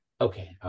Okay